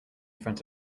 front